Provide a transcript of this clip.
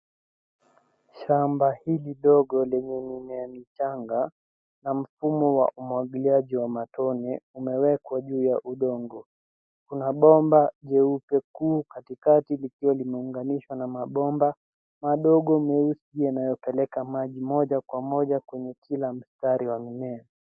Shamba hili dogo lenye mimea michanga na mfumo wa umwagiliaji wa matone, umewekwa juu ya udongo. Kuna bomba jeupe kuu katikati likiwa limeunganishwa na mabomba madogo meusi yanayopeleka maji moja kwa moja kwenye kila mstari wa mimea.